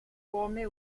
come